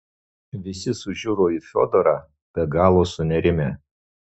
visi sužiuro į fiodorą be galo sunerimę